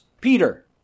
Peter